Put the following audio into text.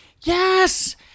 Yes